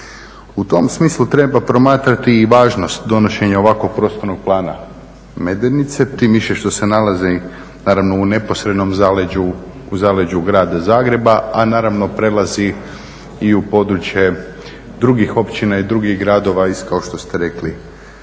U tom smislu treba promatrati i važnost donošenja ovakvog Prostornog plana Medvednice, tim više što se nalazi naravno u neposrednom zaleđu grada Zagreba, a naravno prelazi i u područje drugih općina i drugih gradova, kao što ste rekli